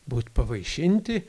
būt pavaišinti